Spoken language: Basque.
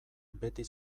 beti